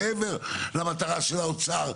מעבר למטרה של האוצר,